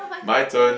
my turn